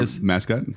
Mascot